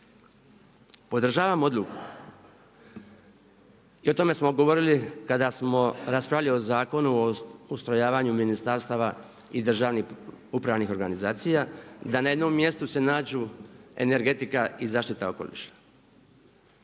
Podržavam odluku i o tome smo govorili kada smo raspravljali o Zakonu o ustrojavanju ministarstava i državnih upravnih organizacija, da se na jednom mjestu nađu energetika i zaštita okoliša.